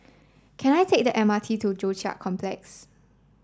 can I take the M R T to Joo Chiat Complex